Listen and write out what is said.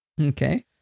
Okay